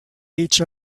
each